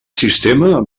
sistema